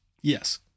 Yes